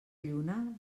lluna